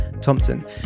Thompson